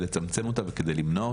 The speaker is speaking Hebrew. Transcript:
לצמצם אותה וכדי למנוע אותה.